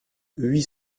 huit